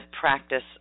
practice